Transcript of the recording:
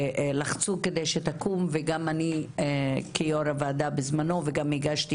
לחצו כדי שתקום וגם אני כיו"ר הוועדה בזמנו וגם הגשתי